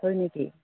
হয় নেকি